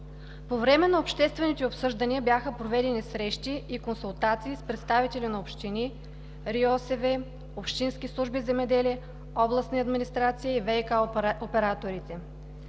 По време на обществените обсъждания бяха проведени срещи и консултации с представители на общини, РИОСВ, общински служби „Земеделие“, областни администрации и ВиК операторите.